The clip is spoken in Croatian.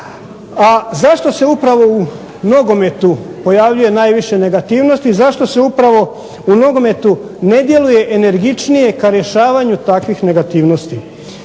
A zašto se upravo u nogometu pojavljuje najviše negativnosti, zašto se upravo u nogometu ne djeluje energičnije ka rješavanju takvih negativnosti.